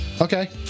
okay